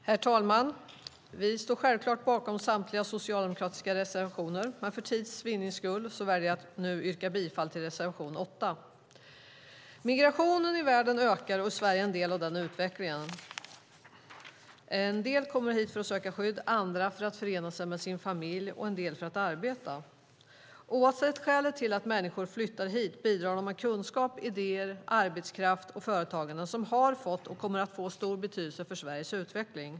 Herr talman! Vi socialdemokrater står självklart bakom samtliga våra reservationer. Men för tids vinnande yrkar jag bifall endast till reservation 8. Migrationen i världen ökar, och Sverige är en del av den utvecklingen. En del kommer hit för att söka skydd, andra för att förena sig med sin familj och en del för att arbeta. Oavsett skälet till att människor flyttar hit bidrar de med kunskap, idéer, arbetskraft och företagande som har fått och kommer att få stor betydelse för Sveriges utveckling.